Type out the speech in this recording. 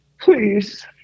please